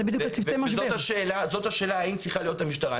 זאת השאלה, האם צריכה להיות המשטרה?